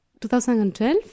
2012